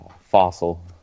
Fossil